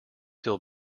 he’ll